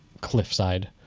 cliffside